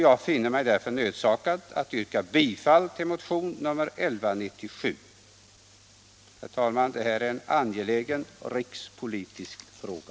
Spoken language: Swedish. Jag finner mig därför nödsakad att yrka bifall till motionen 1197. Herr talman! Detta är en angelägen rikspolitisk fråga.